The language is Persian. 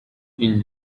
این